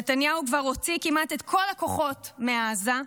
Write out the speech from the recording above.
נתניהו כבר הוציא כמעט את כל הכוחות מעזה,